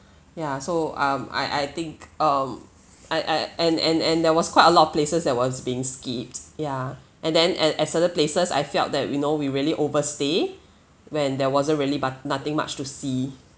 yeah so um I I think um I I and and and there was quite a lot of places that was being skipped ya and then at at certain places I felt that you know we really overstay when there wasn't really but nothing much to see